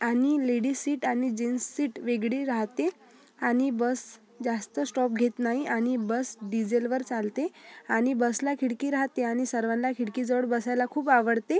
आणि ladies seat आणि gents seat वेगळी राहते आणि बस जास्त स्टॉप घेत नाही आणि बस डिझेलवर चालते आणि बसला खिडकी राहते आणि सर्वांना खिडकीजवळ बसायला खूप आवडते